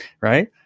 right